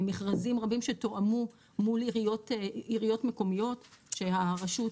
מכרזים רבים שתואמו מול עיריות מקומיות, שהרשות